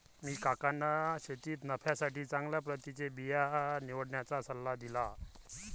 मी काकांना शेतीत नफ्यासाठी चांगल्या प्रतीचे बिया निवडण्याचा सल्ला दिला